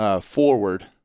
forward